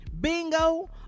bingo